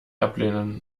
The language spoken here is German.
ablehnen